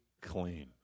clean